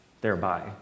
thereby